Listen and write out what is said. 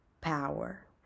power